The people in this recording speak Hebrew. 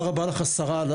תודה רבה לך השרה.